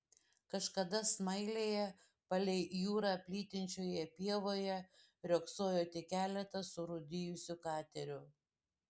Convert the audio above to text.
kažkada smailėje palei jūrą plytinčioje pievoje riogsojo tik keletas surūdijusių katerių